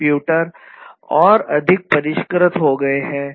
computer और अधिक परिष्कृत हो गए हैं